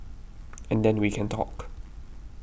and then we can talk